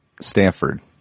Stanford